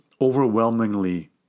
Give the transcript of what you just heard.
overwhelmingly